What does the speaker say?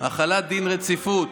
החלת דין רציפות,